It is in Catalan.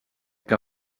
que